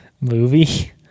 Movie